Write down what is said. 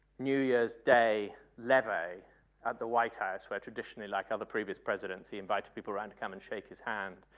new year's day levy of the white house were traditionally like other previous presidents, he invited people around to come and shake his hand.